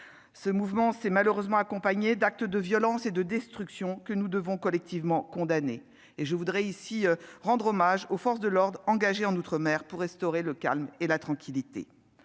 Ce mouvement s'est malheureusement accompagné d'actes de violence et de destruction, que nous devons collectivement condamner- et je voudrais ici rendre hommage aux forces de l'ordre engagées outre-mer pour restaurer le calme et la tranquillité.